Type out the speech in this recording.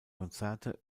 konzerte